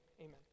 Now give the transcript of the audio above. Amen